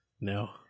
No